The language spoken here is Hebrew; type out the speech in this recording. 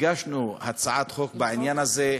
הגשנו הצעת חוק בעניין הזה,